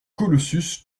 colossus